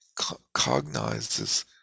cognizes